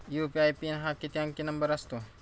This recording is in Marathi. यू.पी.आय पिन हा किती अंकी नंबर असतो?